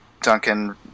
Duncan